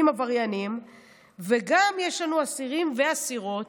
עבריינים וגם יש לנו אסירים ואסירות